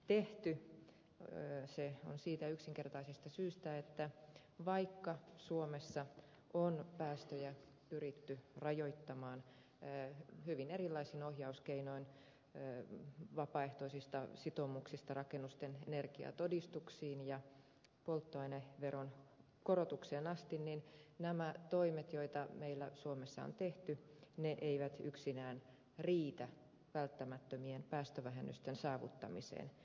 se on tehty siitä yksinkertaisesta syystä että vaikka suomessa on päästöjä pyritty rajoittamaan hyvin erilaisin ohjauskeinoin vapaaehtoisista sitoumuksista rakennusten energiatodistuksiin ja polttoaineveron korotukseen asti niin nämä toimet joita meillä suomessa on tehty eivät yksinään riitä välttämättömien päästövähennysten saavuttamiseen